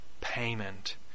payment